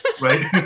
right